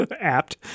Apt